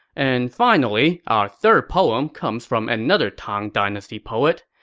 and finally, our third poem comes from another tang dynasty poet.